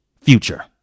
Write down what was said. future